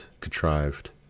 contrived